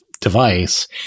Device